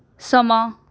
ਸਮਾਂ